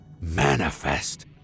Manifest